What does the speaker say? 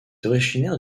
originaire